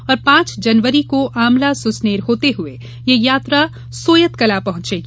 और पांच जनवरी को आमला सुसनेर होते हुए ये यात्रा सोयतकला पहॅचेंगी